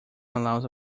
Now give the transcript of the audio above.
allows